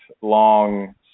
long